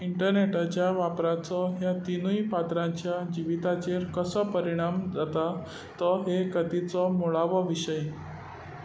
इंटरनॅटाच्या वापराचो ह्या तिनूय पात्रांच्या जिविताचेर कसो परिणाम जाता तो हे कथेचो मुळावो विशय